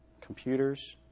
computers